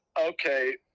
okay